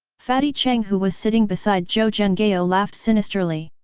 fatty cheng who was sitting beside zhou zhenghao laughed sinisterly.